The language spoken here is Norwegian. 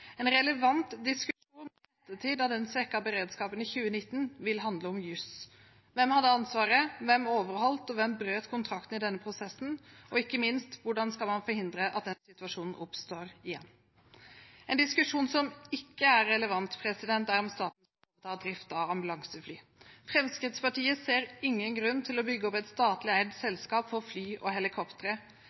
En relevant diskusjon i ettertid av den svekkede beredskapen i 2019 vil handle om juss: Hvem hadde ansvaret, hvem overholdt og hvem brøt kontrakten i denne prosessen? Og ikke minst: Hvordan skal man forhindre at denne situasjonen oppstår igjen? En diskusjon som ikke er relevant, er om statlig drift av ambulansefly. Fremskrittspartiet ser ingen grunn til å bygge opp et statlig eid selskap for fly og helikoptre.